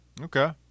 Okay